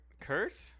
Kurt